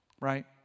right